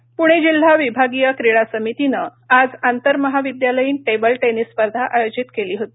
प्णे जिल्हा विभागीय क्रीडा समितीनं आज आंतरमहाविद्यालयीन टेबल टेनिस स्पर्धा आयोजित केली होती